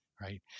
right